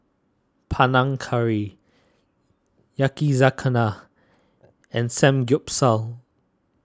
Panang Curry Yakizakana and Samgyeopsal